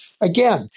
again